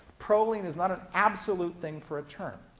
proline is not an absolute thing for a turn.